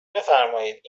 بفرمایید